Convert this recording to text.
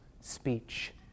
speech